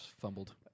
fumbled